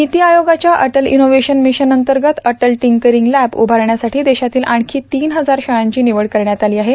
नीती आयोगाच्या Atal innovation mission अंतर्गत Atal tinkering lab देशातील आणखी तीन हजार शाळांची निवड करण्यात आली आहे